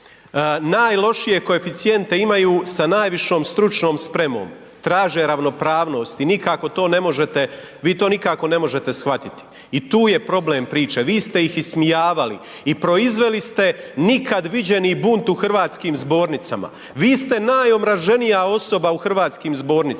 Najlošije koeficijente imaju sa najvišom stručnom spremom. Traže ravnopravnost i nikako to ne možete, vi to nikako ne možete shvatiti i tu je problem priče, vi ste ih ismijavali i proizveli ste nikad viđeni bunt u hrvatskim zbornicama. Vi ste najomraženija osoba u hrvatskim zbornicama